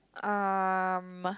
um